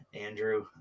Andrew